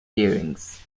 hearings